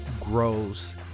grows